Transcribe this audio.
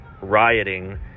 rioting